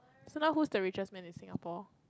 so now who's the richest man in Singapore